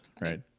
right